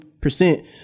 percent